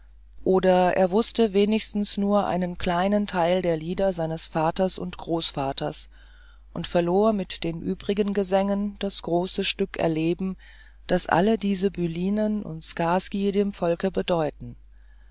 oder er wußte wenigstens nur einen kleinen teil der lieder seines vaters und großvaters und verlor mit den übrigen gesängen das große stück erleben das alle diese bylinen und skaski dem volke bedeuten